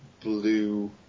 blue